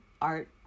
art